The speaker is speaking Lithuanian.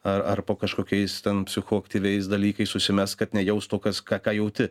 ar ar po kažkokiais ten psichoaktyviais dalykais susimest kad nejaust to kas ką jauti